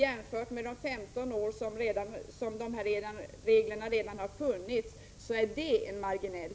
Jämfört med de 15 år som reglerna har funnits är den tiden verkligen marginell.